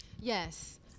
Yes